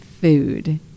food